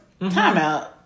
Timeout